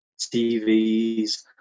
TVs